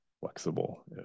flexible